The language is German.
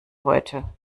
heute